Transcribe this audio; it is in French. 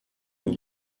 dans